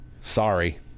Sorry